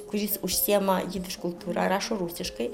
kuris užsiima jidiš kultūra rašo rusiškai